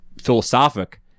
philosophic